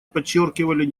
подчеркивали